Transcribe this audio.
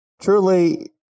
Truly